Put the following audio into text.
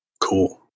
Cool